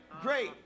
great